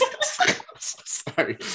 sorry